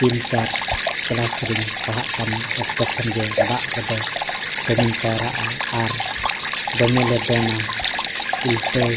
ᱛᱤᱱ ᱪᱟᱨ ᱠᱮᱞᱟᱥ ᱨᱮᱧ ᱯᱟᱲᱦᱟᱜ ᱠᱟᱱ ᱚᱠᱛᱚ ᱠᱷᱚᱱ ᱜᱮ ᱚᱠᱛᱚ ᱨᱮᱫᱚ ᱫᱚᱢᱮᱧ ᱯᱟᱭᱨᱟᱜᱼᱟ ᱟᱨ ᱫᱚᱢᱮ ᱞᱮ ᱫᱚᱱᱟ ᱩᱞᱴᱟᱹᱣ